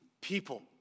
people